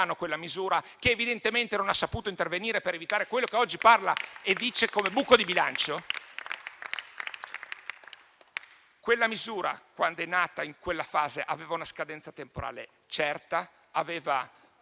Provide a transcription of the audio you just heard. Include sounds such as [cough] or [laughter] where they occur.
quella misura, ma evidentemente non ha saputo intervenire per evitare quello che oggi definisce un buco di bilancio. [applause] Quella misura, quando è nata, in quella fase, aveva una scadenza temporale certa, aveva